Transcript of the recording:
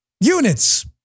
Units